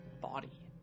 body